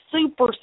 super